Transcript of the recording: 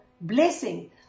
blessing